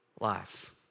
lives